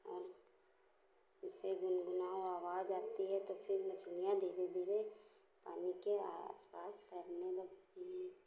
और इससे भी हमारी आवाज आती है तो फिर मछलियां धीरे धीरे पानी के आस पास तैरने लगती हैं